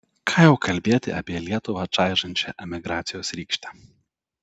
ką jau kalbėti apie lietuvą čaižančią emigracijos rykštę